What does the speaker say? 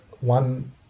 one